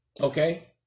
Okay